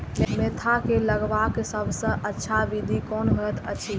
Mentha के लगवाक सबसँ अच्छा विधि कोन होयत अछि?